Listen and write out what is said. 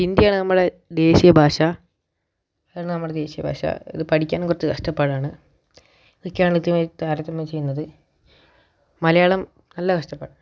ഹിന്ദിയാണ് നമ്മളെ ദേശീയ ഭാഷ അതാണ് നമ്മുടെ ദേശീയ ഭാഷ അത് പഠിക്കാൻ കുറച്ചു കഷ്ടപ്പാടാണ് ഇതൊക്കെയാണ് ഇതുമായി താരതമ്യം ചെയ്യുന്നത് മലയാളം നല്ല കഷ്ടപ്പാട്